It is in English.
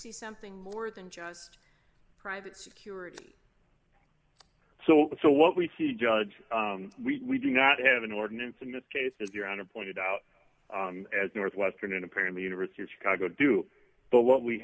see something more than just private security so so what we see judge we do not have an ordinance in this case as your honor pointed out as northwestern and apparently university of chicago do but what we